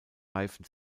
reifen